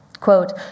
Quote